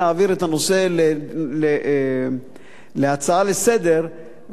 להעביר את הנושא להצעה לסדר-היום,